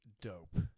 Dope